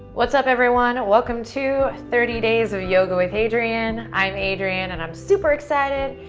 what's up, everyone? welcome to thirty days of yoga with adriene. i'm adriene, and i'm super excited.